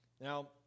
Now